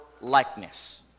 likeness